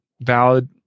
valid